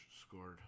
scored